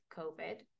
COVID